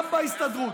גם בהסתדרות,